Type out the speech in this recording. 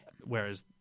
Whereas